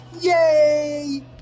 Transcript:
Yay